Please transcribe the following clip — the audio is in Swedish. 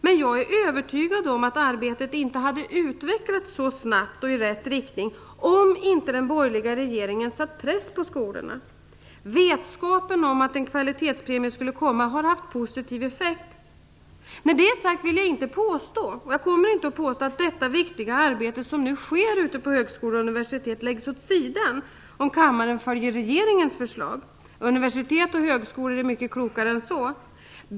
Men jag är övertygad om att arbetet inte hade utvecklats så snabbt och i rätt riktning om inte den borgerliga regeringen satt press på skolorna. Vetskapen om att en kvalitetspremie skulle komma har haft positiv effekt. När det är sagt vill jag inte påstå - jag kommer inte att göra det - att detta viktiga arbete som nu sker ute på högskolor och universitet läggs åt sidan om kammaren följer regeringens förslag. Universitet och högskolor är mycket klokare än så.